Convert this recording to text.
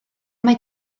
mae